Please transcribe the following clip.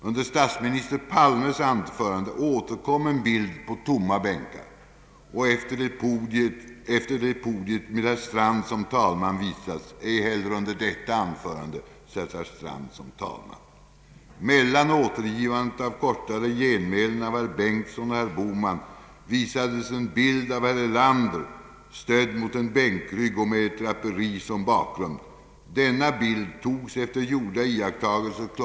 Under statsminister Palmes anförande återkom en bild på tomma bänkar efter det podiet med herr Strand som talman visats. Ej heller under detta anförande satt herr Strand talman. Mellan återgivande av kortare genmälen av herr Bengtson och herr Bohman visades en bild av herr Erlander stödd mot en bänkrygg och med ett draperi som bakgrund. Denna bild togs efter gjorda iakttagelser kl.